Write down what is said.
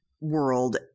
world